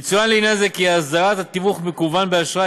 יצוין לעניין זה כי הסדרת תיווך מקוון באשראי